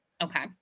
okay